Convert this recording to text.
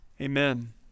amen